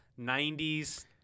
90s